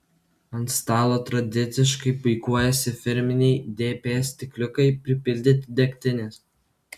ant stalo tradiciškai puikuojasi firminiai dp stikliukai pripildyti degtinės